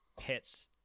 hits